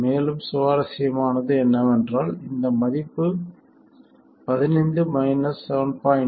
மேலும் சுவாரஸ்யமானது என்னவென்றால் இந்த மதிப்பு 15 7